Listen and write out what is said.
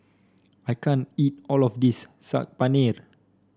I can't eat all of this Saag Paneer